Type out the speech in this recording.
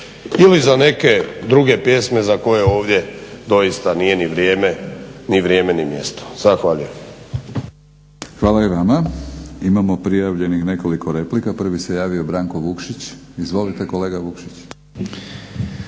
ili za neke druge pjesme za koje ovdje doista nije ni vrijeme ni mjesto. Zahvaljujem. **Batinić, Milorad (HNS)** Hvala i vama. Imamo prijavljenih nekoliko replika. Prvi se javio Branko Vukšić. Izvolite kolega Vukšić.